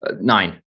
nine